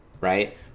right